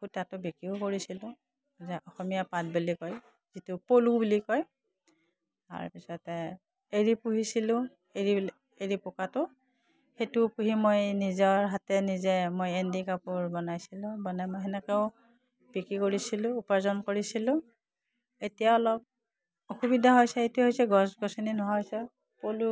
সূতাটো বিক্ৰীও কৰিছিলোঁ যে অসমীয়া পাট বুলি কয় যিটো পলু বুলি কয় তাৰপিছতে এৰী পুহিছিলোঁ এৰী এৰী পোকটো সেইটো পুহি মই নিজৰ হাতে নিজে মই এৰী কাপোৰ বনাইছিলোঁ বনাই মই সেনেকৈও বিক্ৰী কৰিছিলোঁ উপাৰ্জন কৰিছিলোঁ এতিয়া অলপ অসুবিধা হৈছে এইটো হৈছে গছ গছনি নোহোৱা হৈছে পলু